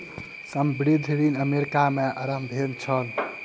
संबंद्ध ऋण अमेरिका में आरम्भ भेल छल